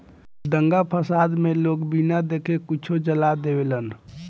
दंगा फसाद मे लोग बिना देखे कुछो जला देवेलन